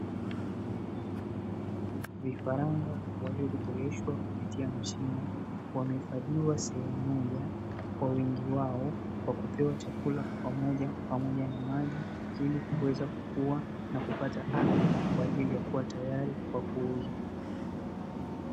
Vifaranga waliototoleshwa kupitia mashine wamehifadhiwa sehemu moja kwa wingi wao. Kwa kupewa chakula pamoja na maji ili kuweza kukua na kupata afya ili kuwa tayari kuuzwa.